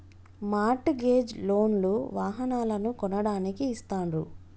mart gauge loan లు వాహనాలను కొనడానికి ఇస్తాండ్రు